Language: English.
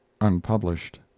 unpublished